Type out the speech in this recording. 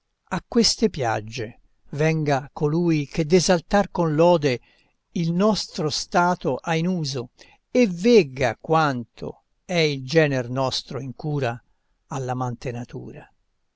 a queste piagge venga colui che d'esaltar con lode il nostro stato ha in uso e vegga quanto è il gener nostro in cura all'amante natura